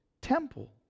temple